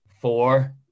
four